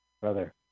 brother